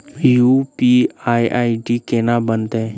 UPI ID केना बनतै?